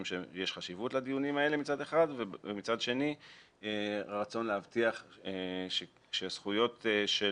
שיש חשיבות לדיונים האלה מצד אחד; ומצד שני רצון להבטיח שהזכויות של